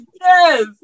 Yes